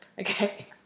okay